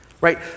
Right